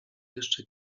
jeszcze